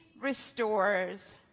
restores